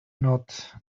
not